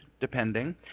depending